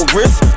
risk